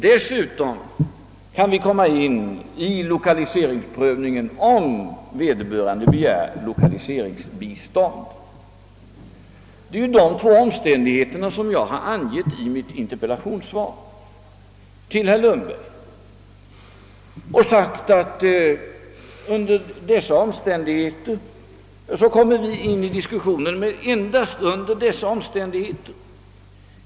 Regeringen kan också fatta beslut i lokaliseringsfrågan om vederbörande företag begär lokaliseringsbistånd, Jag har i mitt interpellationssvar till herr Lundberg angivit att något av dessa två villkor måste vara uppfyllt för att regeringen skall kunna delta i beslutsdiskussionen.